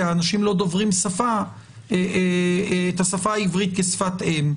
האנשים לא דוברים את השפה העברית כשפת אם,